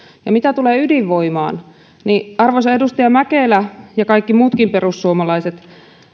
mitä tulee ydinvoimaan niin arvoisa edustaja mäkelä ja kaikki muutkin perussuomalaiset